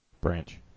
Branch